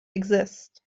exist